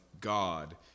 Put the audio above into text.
God